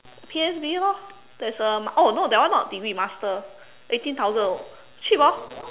P_S_B lor there's a oh no that one not degree master eighteen thousand cheap hor